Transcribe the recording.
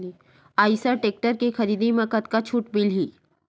Eicher tractor के खरीदी म कतका छूट मिलही?